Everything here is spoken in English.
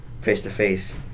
face-to-face